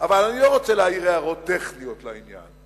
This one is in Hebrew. אבל אני לא רוצה להעיר הערות טכניות לעניין.